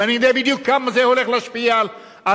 ואני יודע בדיוק כמה זה הולך להשפיע עלינו,